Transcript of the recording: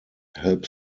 help